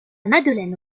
madeleine